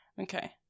Okay